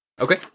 Okay